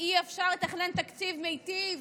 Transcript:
אי-אפשר לתכנן תקציב מיטיב,